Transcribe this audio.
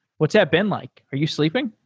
what's that been like? are you sleeping?